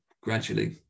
gradually